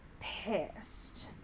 pissed